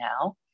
now